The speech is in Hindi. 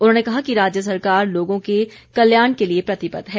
उन्होंने कहा कि राज्य सरकार लोगों के कल्याण के लिए प्रतिबद्ध है